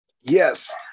Yes